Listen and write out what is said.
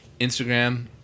Instagram